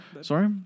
Sorry